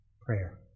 Prayer